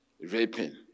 raping